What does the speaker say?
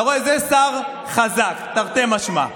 אתה רואה, זה שר חזק, תרתי משמע.